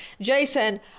Jason